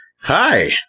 Hi